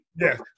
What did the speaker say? Yes